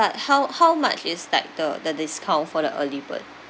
how how much is that the the discount for the early bird